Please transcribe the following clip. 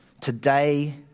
Today